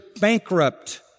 bankrupt